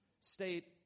state